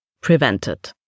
prevented